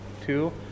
two